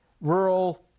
rural